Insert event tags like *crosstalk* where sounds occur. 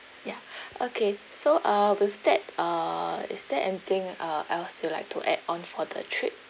ya *breath* okay so uh with that uh is there anything uh else you'd like to add on for the trip